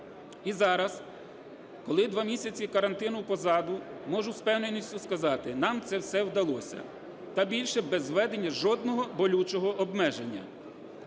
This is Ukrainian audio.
І зараз, коли два місяці карантину позаду, можу із впевненістю сказати, нам це все вдалося, та більше, без введення жодного болючого обмеження.